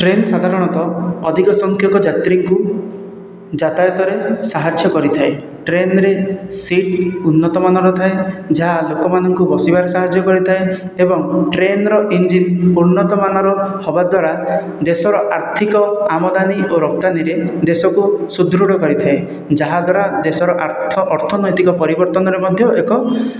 train ସାଧାରଣତଃ ଅଧିକ ସଂଖ୍ୟକ ଯାତ୍ରୀଙ୍କୁ ଯାତାୟାତରେ ସାହାଯ୍ୟ କରିଥାଏ ଟ୍ରେନରେ ସିଟ୍ ଉନ୍ନତମାନର ଥାଏ ଯାହା ଲୋକମାନଙ୍କୁ ବସିବାରେ ସାହାଯ୍ୟ କରିଥାଏ ଏବଂ ଟ୍ରେନର ଇଂଞ୍ଜିନ ଉନ୍ନତମାନର ହେବା ଦ୍ଵାରା ଦେଶର ଆର୍ଥିକ ଆମଦାନୀ ଆଉ ରପ୍ତାନୀରେ ଦେଶକୁ ସୃଦୃଢ଼ କରିଥାଏ ଯାହା ଦ୍ୱାରା ଦେଶର ଅର୍ଥନୈତିକ ପରିବର୍ତ୍ତନରେ ମଧ୍ୟ ଏକ